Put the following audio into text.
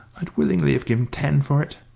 i'd willingly have given ten for it.